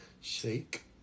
shake